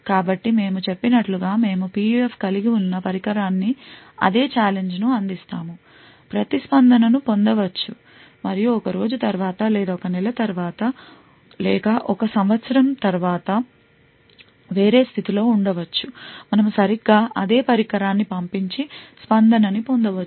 కాబట్టి మేము చెప్పినట్లుగా మేము PUF కలిగి ఉన్న పరికరానికి అదే ఛాలెంజ్ ను అందిస్తాము ప్రతిస్పందనను పొందవచ్చు మరియు ఒక రోజు తర్వాత లేదా ఒక నెల తరువాత లేదా ఒక సంవత్సరం తరువాత వేరే స్థితిలో ఉండవచ్చు మనము సరిగ్గా అదే పరికరాన్ని పంపించి స్పందనని పొందవచ్చు